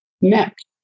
Next